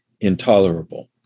intolerable